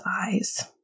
eyes